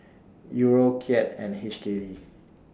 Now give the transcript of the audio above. Euro Kyat and H K D